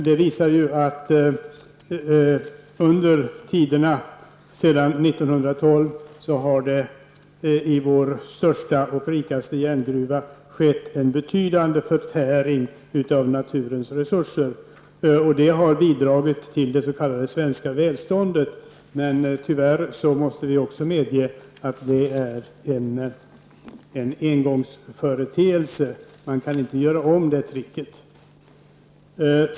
Det visar att det sedan 1912 har skett en betydande förtäring av naturens resurser i vår största och rikaste järngruva. Det har bidragit till det s.k. svenska välståndet, men tyvärr måste vi ju också medge att det är en engångsföreteelse. Man kan inte göra om det tricket.